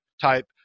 type